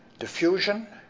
diffusion,